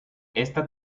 esta